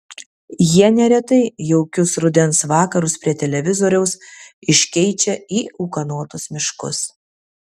jie neretai jaukius rudens vakarus prie televizoriaus iškeičia į ūkanotus miškus